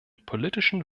politischen